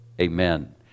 Amen